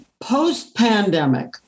post-pandemic